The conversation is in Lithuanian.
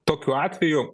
tokiu atveju